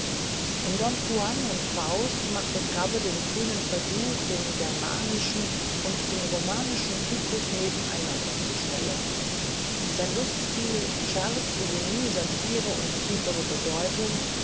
in don juan und faust machte grabbe den kühnen versuch den germanischen und den romanischen typus nebeneinanderzustellen sein lustspiel scherz ironie satire und tiefere bedeutung